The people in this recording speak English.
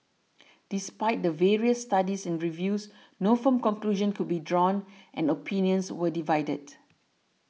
despite the various studies and reviews no firm conclusion could be drawn and opinions were divided